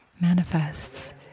manifests